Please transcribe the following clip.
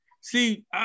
See